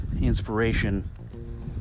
inspiration